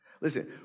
Listen